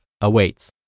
awaits